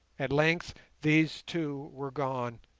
at length these, too, were gone,